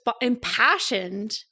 impassioned